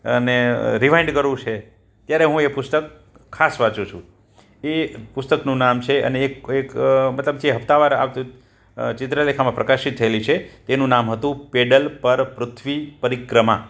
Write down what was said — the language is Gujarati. અને રિવાઈન્ડ કરવું છે ત્યારે હું એ પુસ્તક ખાસ વાંચું છું એ પુસ્તકનું નામ છે અને એક એક મતલબ જે હપ્તા વાર આવતું તું ચિત્રલેખમાં પ્રકાશિત થયેલી છે તેનું નામ હતું પેડલ પર પૃથ્વી પરિક્રમા